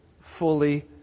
fully